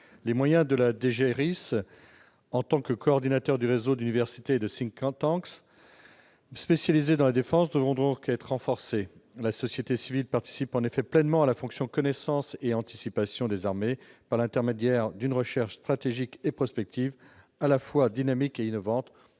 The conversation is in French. la stratégie, la DGRIS, en tant que coordinateur du réseau d'universités et de spécialisés dans la défense, devront être renforcés. La société civile participe en effet pleinement à la fonction « connaissance et anticipation » des armées, par l'intermédiaire d'une recherche stratégique et prospective à la fois dynamique et innovante.